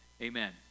amen